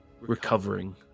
recovering